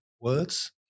words